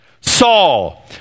Saul